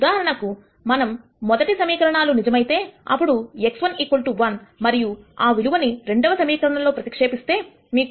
ఉదాహరణకు మనము మొదటి సమీకరణాలు నిజమైతే అప్పుడు x1 1 మరియు ఆ విలువని రెండవ సమీకరణము లో ప్రతిక్షేపిస్తే మీకు 2 x1 0